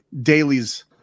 dailies